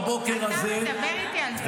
בבוקר הזה --- אתה מדבר איתי על סרבנות?